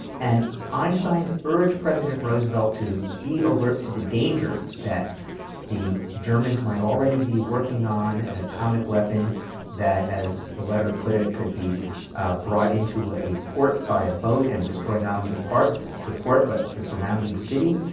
and einstein urged president roosevelt to be alert to the danger that the germans might already be working on an atomic weapon that as the letter put it could be brought into a port by a boat, and destroying not only the port the port but the surrounding city.